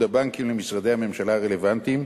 הבנקים למשרדי הממשלה הרלוונטיים,